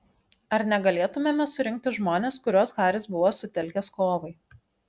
ar negalėtumėme surinkti žmones kuriuos haris buvo sutelkęs kovai